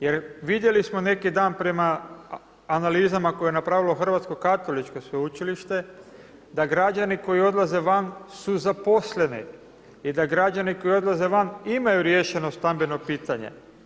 Jer vidjeli smo neki dan prema analizama koje je napravilo Hrvatsko katoličko sveučilište da građani koji odlaze van su zaposleni i da građani koji odlaze van imaju riješeno stambeno pitanje.